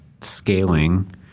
scaling